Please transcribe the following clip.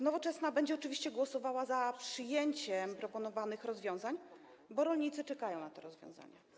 Nowoczesna będzie oczywiście głosowała za przyjęciem proponowanych rozwiązań, bo rolnicy czekają na te rozwiązania.